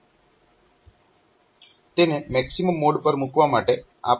તેને maximum mode પર મૂકવા માટે આપણે તેને 0 ની બરાબર મૂકવું પડે